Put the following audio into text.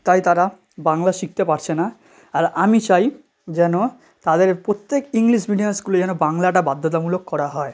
তাই তারা বাংলা শিখতে পারছে না আর আমি চাই যেন তাদের প্রত্যেক ইংলিশ মিডিয়াম স্কুলে যেন বাংলাটা বাধ্যতামূলক করা হয়